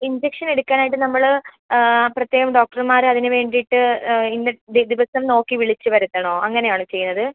injection എടുക്കാൻ ആയിട്ട് നമ്മൾ പ്രത്യേകം ഡോക്ടർമാരെ അതിനുവേണ്ടിട്ട് ഇന്ന ദിവസം നോക്കിയിട്ട് വിളിച്ചു വരുത്തണോ അങ്ങനെ ആണോ ചെയ്യുന്നത്